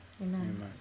Amen